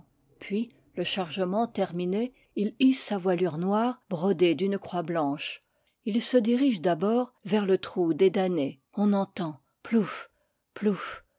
puis le chargement terminé il hisse sa voilure noire brodée d'une croix blanche il se dirige d'a bord vers le trou des damnés on entend plouf plouf